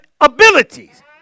abilities